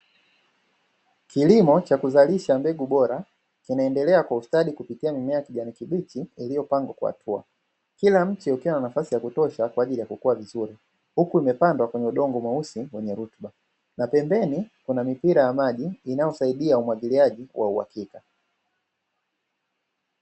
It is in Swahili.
Kilimo cha kuzalisha mbegu bora kinaendelea kwa ustadi kupitia mimea ya kijani kibichi, iliyopangwa kwa hatua, kila mche ukiwa na nafasi ya kutosha kwa ajili ya kukua vizuri. Huku imepandwa kwenye udongo mweusi wenye rutuba, na pembeni kuna mipira ya maji inayosaidia umwagiliaji wa uhakika.